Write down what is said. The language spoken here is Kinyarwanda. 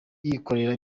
yikorera